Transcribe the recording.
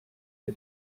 wir